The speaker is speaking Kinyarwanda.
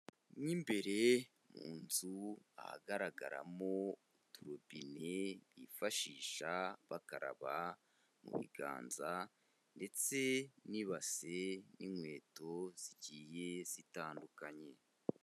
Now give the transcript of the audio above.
Mo imbere mu nzu ahagaragaramo uturobine bifashisha bakaraba mu biganza ndetse n'ibasi n'inkweto zigiye zitandukanye.